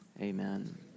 amen